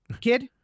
kid